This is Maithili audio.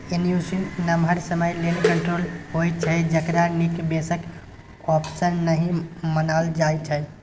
एन्युटी नमहर समय लेल कांट्रेक्ट होइ छै जकरा नीक निबेश आप्शन नहि मानल जाइ छै